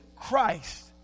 Christ